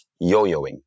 yo-yoing